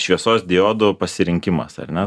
šviesos diodų pasirinkimas ar ne